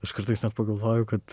aš kartais net pagalvoju kad